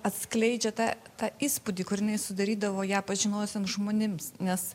atskleidžia tą tą įspūdį kur jinai sudarydavo ją pažinojusiem žmonims nes